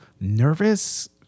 nervous